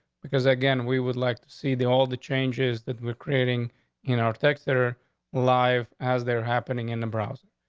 because again, we would like to see the all the changes that we're creating in our text there live as they're happening in the browser.